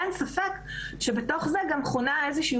אין ספק שבתוך זה חונה גם איזושהי